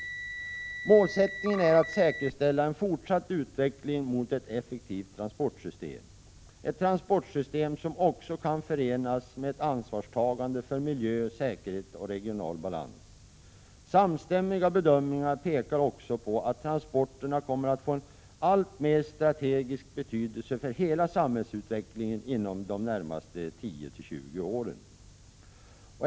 Målsättningen är att säkerställa en fortsatt utveckling mot ett effektivt transportsystem, ett transportsystem som också kan förenas med ett ansvarstagande för miljö, säkerhet och regional balans. Samstämmiga bedömningar pekar också på att transporterna kommer att få en alltmer strategisk betydelse för hela samhällsutvecklingen inom de närmaste 10-20 åren.